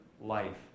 life